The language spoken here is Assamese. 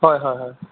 হয় হয় হয়